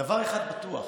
דבר אחד בטוח,